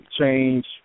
change